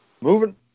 Moving